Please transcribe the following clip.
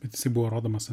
bet jisai buvo rodomas